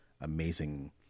amazing